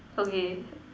okay